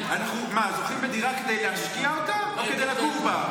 מה, זוכים בדירה כדי להשקיע אותה או כדי לגור בה?